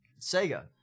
Sega